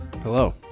Hello